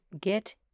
Get